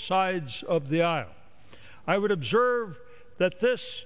sides of the aisle i would observe that this